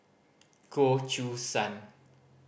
Goh Choo San